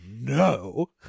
No